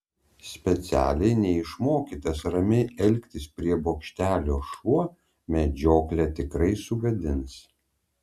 specialiai neišmokytas ramiai elgtis prie bokštelio šuo medžioklę tikrai sugadins